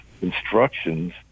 instructions